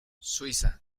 suiza